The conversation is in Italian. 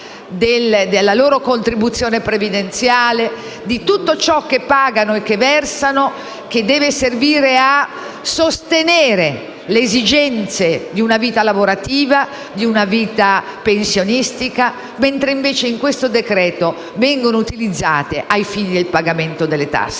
della loro contribuzione previdenziale, di tutto ciò che pagano e versano, che deve servire a sostenere le esigenze di una vita lavorativa e poi pensionistica; al contrario, in questo decreto viene utilizzato ai fini del pagamento delle tasse.